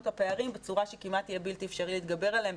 את הפערים בצורה שכמעט יהיה בלתי אפשרי להתגבר עליהם,